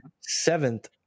seventh